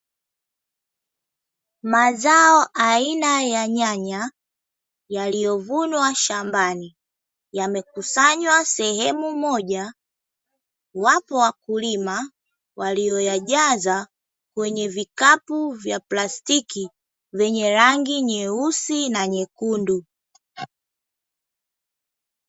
Mazao aina ya nyanya yaliyovunwa shambani yamekusanywa sehemu moja. Wapo wakulima walioyajaza kwenye vikapu vya plastiki vyenye rangi nyeusi na nyekundu.